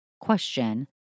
question